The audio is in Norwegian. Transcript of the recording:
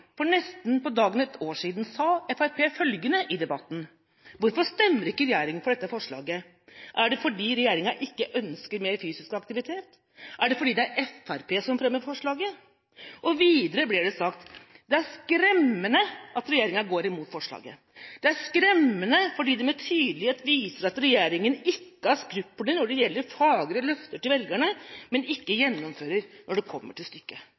for nesten på dagen ett år siden, sa Fremskrittspartiet følgende i debatten: Hvorfor stemmer ikke regjeringa for dette forslaget? Er det fordi regjeringa ikke ønsker mer fysisk aktivitet? Er det fordi det er Fremskrittspartiet som fremmer forslaget? Videre ble det sagt at det er skremmende at regjeringa går imot forslaget, og: «Det er skremmende fordi det med tydelighet viser at regjeringa ikke har skrupler når det gjelder å ha fagre løfter til velgerne, men ikke gjennomfører det når det kommer til stykket.